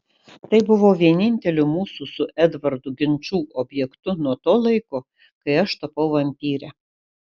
tai buvo vieninteliu mūsų su edvardu ginčų objektu nuo to laiko kai aš tapau vampyre